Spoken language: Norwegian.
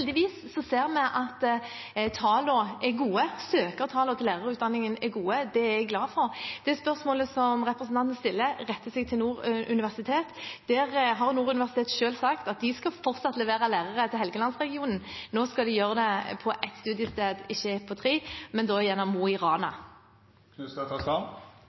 ser vi at tallene er gode, søkertallene til lærerutdanningen er gode. Det er jeg glad for. Det spørsmålet som representanten stiller, retter seg mot Nord universitet. Universitetet har nå selv sagt at de fortsatt skal levere lærere til Helgelandsregionen. Nå skal de gjøre det fra ett studiested, ikke tre – i Mo i